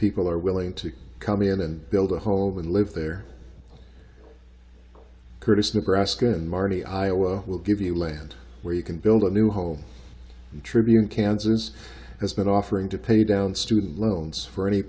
people are willing to come in and build a home and live there curtis nebraska and marty iowa will give you land where you can build a new hole tribune kansas has been offering to pay down student loans for any